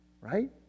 Right